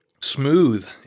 Smooth